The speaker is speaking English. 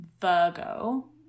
Virgo